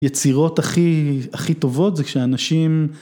יצירות הכי הכי טובות זה כשאנשים...